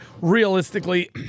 Realistically